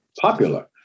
popular